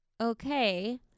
Okay